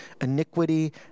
iniquity